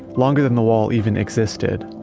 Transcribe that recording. longer than the wall even existed.